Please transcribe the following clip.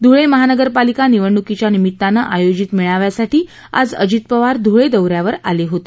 धुळे महापालिका निवडणुकीच्या निमित्ताने आयोजित मेळाव्यासाठी आज अजित पवार धुळे दौऱ्यावर आले होते